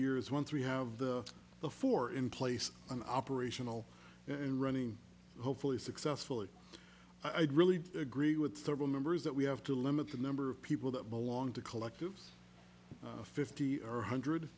years once we have the four in place and operational and running hopefully successfully i'd really agree with several members that we have to limit the number of people that belong to collective fifty or one hundred